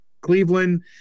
Cleveland